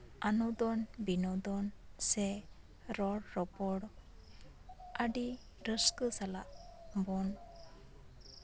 ᱚᱱᱩᱫᱳᱱ ᱵᱤᱱᱳᱫᱚᱱ ᱥᱮ ᱨᱚᱲᱼᱨᱚᱯᱚᱲ ᱟᱹᱰᱤ ᱨᱟᱹᱥᱠᱟᱹ ᱥᱟᱞᱟᱜ ᱵᱚᱱ